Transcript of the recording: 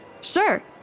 Sure